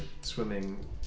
swimming